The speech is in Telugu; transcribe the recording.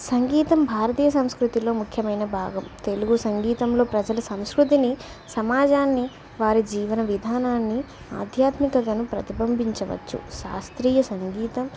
సంగీతం భారతీయ సంస్కృతిలో ముఖ్యమైన భాగం తెలుగు సంగీతంలో ప్రజల సంస్కృతిని సమాజాన్ని వారి జీవన విధానాన్ని ఆధ్యాత్మికతను ప్రతిబింబించవచ్చు శాస్త్రీయ సంగీతం